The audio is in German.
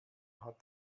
hat